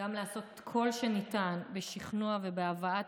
וגם לעשות כל שניתן בשכנוע ובהבאת